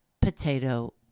potato